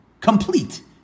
complete